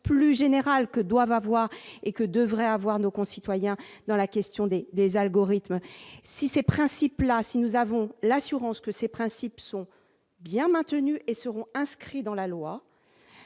plus général que doivent avoir et que devraient avoir nos concitoyens dans la question des des algorithmes si ces principes-là si nous avons l'assurance que ces principes sont bien maintenues et seront inscrits dans la loi,